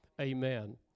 amen